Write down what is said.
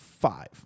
Five